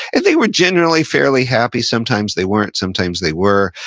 and they were generally fairly happy, sometimes they weren't, sometimes they were.